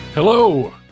Hello